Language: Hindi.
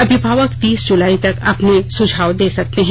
अभिभावक तीस जुलाई तक अपने सुझाव दे सकते हैं